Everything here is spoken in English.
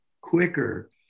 quicker